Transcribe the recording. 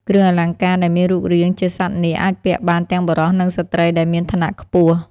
គ្រឿងអលង្ការដែលមានរូបរាងជាសត្វនាគអាចពាក់បានទាំងបុរសនិងស្ត្រីដែលមានឋានៈខ្ពស់។